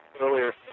earlier